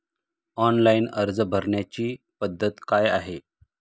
Online अर्ज भरण्याची पद्धत काय आहे?